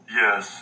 yes